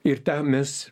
ir ten mes